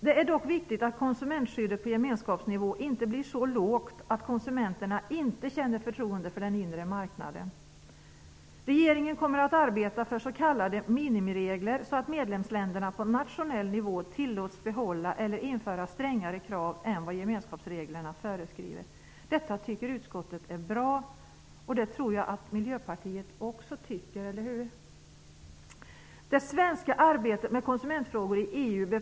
Det är dock viktigt att konsumentskyddet på gemenskapsnivå inte blir så lågt att konsumenterna inte känner förtroende för den inre marknaden. Regeringen kommer att arbeta för s.k. minimiregler, så att medlemsländerna på nationell nivå tillåts behålla eller införa strängare krav än vad gemenskapsreglerna föreskriver. Detta tycker utskottet är bra. Det tror jag att Miljöpartiet också tycker - eller hur?